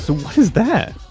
so what is that?